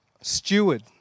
steward